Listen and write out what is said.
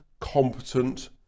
competent